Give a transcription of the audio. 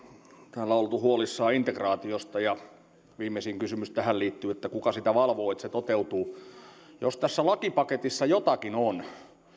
täällä on oltu huolissaan integraatiosta ja viimeisin kysymys tähän liittyen oli kuka sitä valvoo että se toteutuu jos tässä lakipaketissa jotakin on